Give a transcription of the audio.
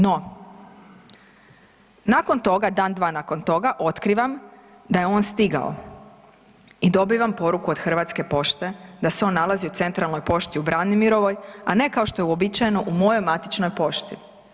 No, nakon toga, dan dva nakon toga otkrivam da je on stigao i dobivam poruku od HP da se on nalazi u centralnoj pošti u Branimirovoj, a ne kao što je uobičajeno u mojoj matičnoj pošti.